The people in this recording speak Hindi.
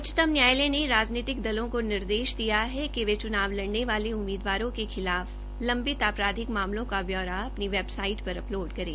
उच्चतम न्यायालय ने राजनीतिक दलों को निर्देश दिये हैं कि वे चुनाव लड़ने वाले उम्मीदवारों के खिलाफ लंबित आपराधिक मामलों का ब्यौरा अपनी वैबसाईट पर अपलोड करें